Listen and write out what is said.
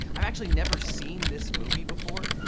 i've actually never seen this movie before,